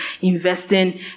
investing